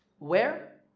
where?